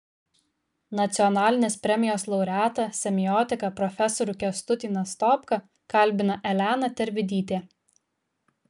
nacionalinės premijos laureatą semiotiką profesorių kęstutį nastopką kalbina elena tervidytė